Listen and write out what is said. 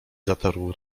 zatarł